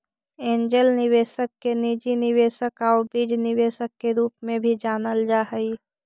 angel निवेशक के निजी निवेशक आउ बीज निवेशक के रूप में भी जानल जा हइ